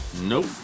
Nope